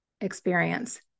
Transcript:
experience